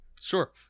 Sure